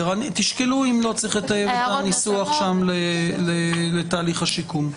תשקלו אם לא צריך לטייב את הניסוח שם לתהליך השיקום.